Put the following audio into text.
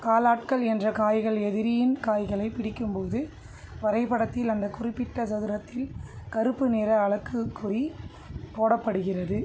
காலாட்கள் என்ற காய்கள் எதிரியின் காய்களை பிடிக்கும் போது வரைபடத்தில் அந்த குறிப்பிட்ட சதுரத்தில் கருப்பு நிற அலகுக்குறி போடப்படுகிறது